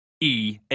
EA